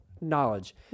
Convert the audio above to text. knowledge